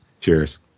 cheers